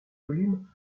volume